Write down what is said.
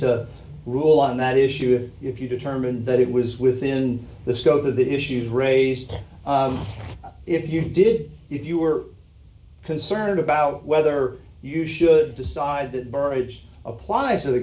to rule on that issue if you determine that it was within the scope of the issues raised if you did if you were concerned about whether you should decide that burrage applies to the